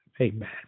Amen